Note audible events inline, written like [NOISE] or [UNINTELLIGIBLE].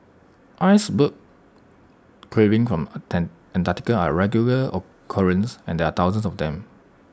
icebergs calving from [UNINTELLIGIBLE] Antarctica are A regular occurrence and there are thousands of them